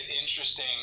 interesting